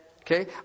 Okay